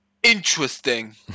Interesting